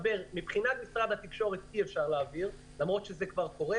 מבחינת משרד התקשורת אי אפשר להעביר למרות שזה כבר קורה.